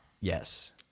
Yes